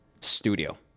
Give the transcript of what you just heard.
studio